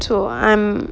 so I'm